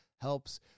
helps